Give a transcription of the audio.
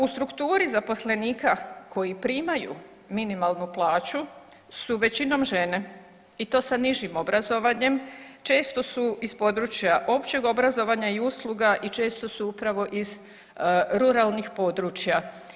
U strukturi zaposlenika koji primaju minimalnu plaću su većinom žene i to sa nižim obrazovanjem, često su iz područja općeg obrazovanja i usluga i često su upravo iz ruralnih područja.